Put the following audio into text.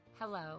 Hello